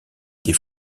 des